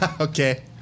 Okay